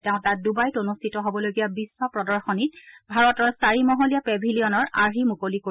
তেওঁ তাত ডুবাইত অনুষ্ঠিত হ'বলগীয়া বিশ্ব প্ৰদশনীত ভাৰতৰ চাৰিমহলীয়া পেভিলিয়নৰ আৰ্হি মুকলি কৰিব